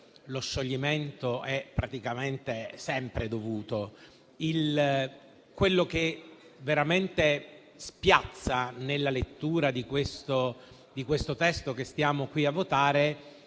lo scioglimento è praticamente sempre atto dovuto. Quello che veramente spiazza, nella lettura del testo che stiamo qui a votare,